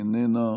איננה,